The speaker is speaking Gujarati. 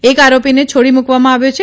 એક આરોપીને છોડી મૂકવામાં આવ્યો છે